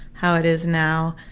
how it is now,